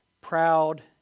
proud